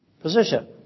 position